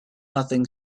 nothing